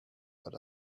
but